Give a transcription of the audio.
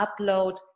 upload